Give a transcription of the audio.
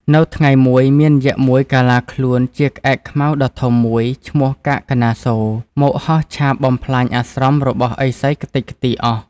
នៅថ្ងៃមួយ មានយក្សមួយកាឡាខ្លួនជាក្អែកខ្មៅដ៏ធំ មួយឈ្មោះកាកនាសូរ មកហោះឆាបបំផ្លាញអាស្រមរបស់ឥសីខ្ទេចខ្ទីអស់។